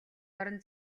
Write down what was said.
орон